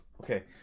okay